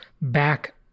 back